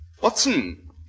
Watson